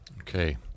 Okay